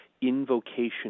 invocation